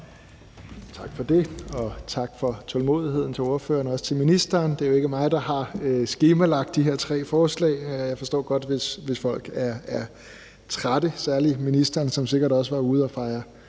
Tak for det, og tak til ordførerne og til ministeren for tålmodigheden. Det er ikke mig, der har skemalagt de her tre forslag, og jeg forstår godt, hvis folk er trætte, særlig ministeren, som sikkert også var ude at fejre